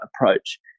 approach